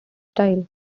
style